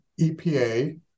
EPA